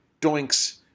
doinks